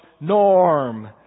Norm